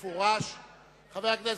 ונדמה לי שכאשר מדובר בתאריך,